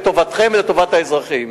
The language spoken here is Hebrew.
לטובתכם ולטובת האזרחים.